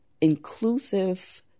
inclusive